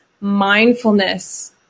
mindfulness